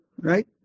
right